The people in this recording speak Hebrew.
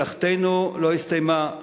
מלאכתנו לא הסתיימה,